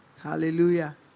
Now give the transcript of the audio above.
hallelujah